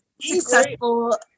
successful